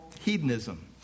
hedonism